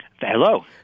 Hello